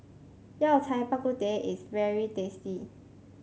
Yao Cai Bak Kut Teh is very tasty